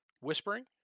whispering